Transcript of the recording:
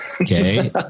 Okay